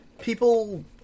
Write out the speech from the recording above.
People